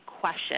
question